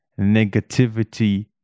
negativity